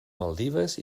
maldives